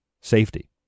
safety